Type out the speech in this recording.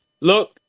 look